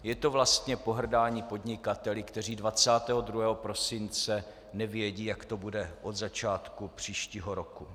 Je to vlastně pohrdání podnikateli, kteří 22. prosince nevědí, jak to bude od začátku příštího roku.